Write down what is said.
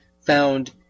found